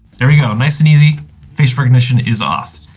there we go. nice and easy facial recognition is off.